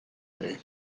ere